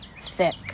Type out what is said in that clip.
thick